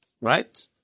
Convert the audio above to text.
Right